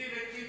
ציפי וטיבי.